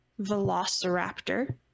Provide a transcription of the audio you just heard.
Velociraptor